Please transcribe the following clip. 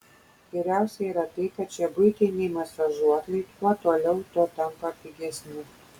geriausia yra tai kad šie buitiniai masažuokliai kuo toliau tuo tampa pigesni